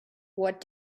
what